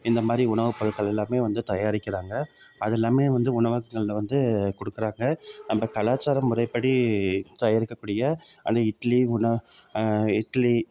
இந்த மாதிரி உணவு பொருட்கள் எல்லாமே வந்து தயாரிக்கிறாங்க அது எல்லாமே வந்து உணவகங்கள்ல வந்து கொடுக்குறாங்க நம்ம கலாச்சார முறைப்படி தயாரிக்க கூடிய அந்த இட்லி உண இட்லி